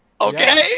Okay